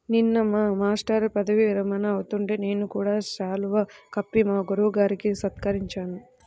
నిన్న మా మేష్టారు పదవీ విరమణ అవుతుంటే నేను కూడా శాలువా కప్పి మా గురువు గారిని సత్కరించాను